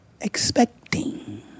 expecting